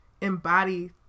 embody